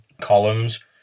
columns